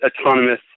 autonomous